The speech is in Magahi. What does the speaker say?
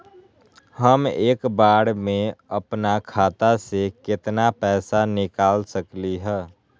हम एक बार में अपना खाता से केतना पैसा निकाल सकली ह?